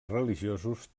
religiosos